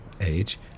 age